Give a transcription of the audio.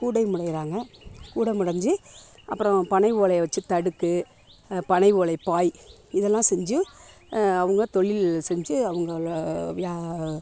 கூடை முடையறாங்க கூடை மொடஞ்சு அப்புறம் பனை ஓலையை வச்சு தடுக்கு பனை ஓலை பாய் இதெல்லாம் செஞ்சு அவங்க தொழில் செஞ்சு அவங்களோ வியா